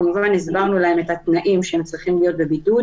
כמובן אחרי שהסברנו להם את התנאים שבהם הם צריכים להיות בבידוד,